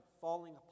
falling